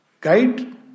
Guide